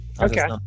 Okay